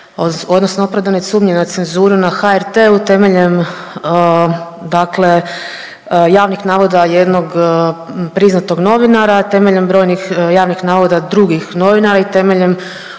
se ne razumije/…sumnji na cenzuru na HRT-u temeljem dakle javnih navoda jednog priznatog novinara, temeljem brojnih javnih navoda drugih novinara i temeljem